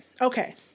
okay